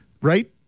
Right